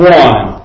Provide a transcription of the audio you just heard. one